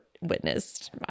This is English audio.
witnessed